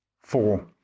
four